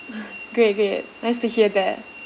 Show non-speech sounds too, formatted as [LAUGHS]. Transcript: [LAUGHS] great great nice to hear that